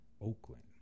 Oakland